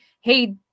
hey